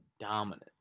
dominant